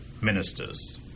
ministers